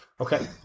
Okay